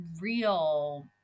real